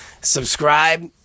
Subscribe